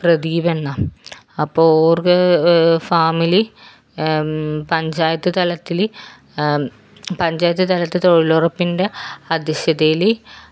പ്രദീപൻ എന്നാണ് അപ്പോൾ ഓർടെ ഫാമിൽ പഞ്ചായത്ത് തലത്തിൽ പഞ്ചായത്ത് തലത്തിൽ തൊഴിലുറപ്പിൻ്റെ അദ്ധ്യക്ഷതയിൽ